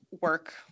work